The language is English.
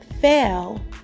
fail